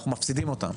מפסידים אותן.